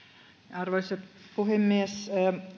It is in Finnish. arvoisa puhemies